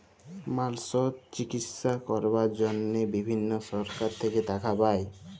মালসর চিকিশসা ক্যরবার জনহে বিভিল্ল্য সরকার থেক্যে টাকা পায়